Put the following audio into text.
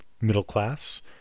middle-class